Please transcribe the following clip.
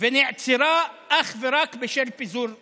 והיא נעצרה אך ורק בשל פיזור הכנסת.